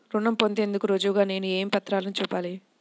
రుణం పొందేందుకు రుజువుగా నేను ఏ పత్రాలను చూపాలి?